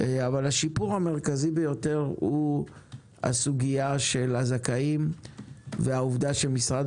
אבל השיפור המרכזי ביותר הוא הסוגיה של הזכאים והעובדה שמשרד